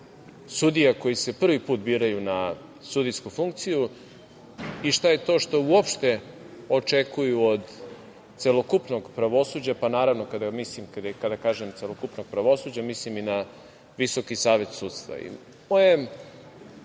sudija koji se prvi put biraju na sudijsku funkciju i šta je to što uopšte očekuju od celokupnog pravosuđa. Naravno, kada kažem – celokupno pravosuđe, mislim i na Visoki savet sudstva. Moje